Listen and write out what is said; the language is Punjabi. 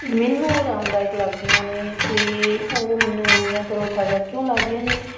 ਮੈਨੂੰ ਆਰਾਮਦਾਇਕ ਲੱਗਦੀਆਂ ਨੇ ਅਤੇ ਉਹ ਮੈਨੂੰ ਇੰਨੀਆਂ ਤਰੋਤਾਜ਼ਾ ਕਿਉਂ ਲੱਗਦੀਆਂ ਨੇ